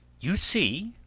you see,